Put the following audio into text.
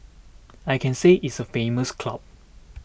I can say it's a famous club